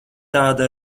tāda